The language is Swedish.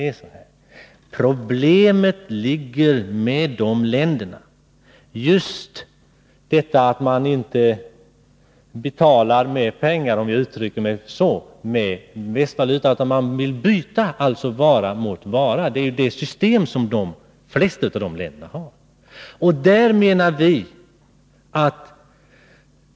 Problemet med dessa länder ligger i att de inte betalar med pengar — om jag uttrycker mig så — utan vill byta vara mot vara. Det är det system som de flesta av dessa länder tillämpar.